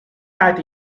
cat